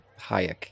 Hayek